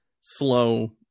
slow